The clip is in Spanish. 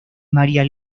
maría